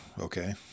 Okay